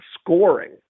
scoring